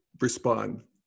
respond